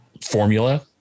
formula